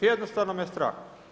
Jednostavno me strah.